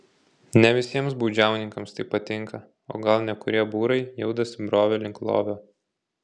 ne visiems baudžiauninkams tai patinka o gal nekurie būrai jau dasibrovė link lovio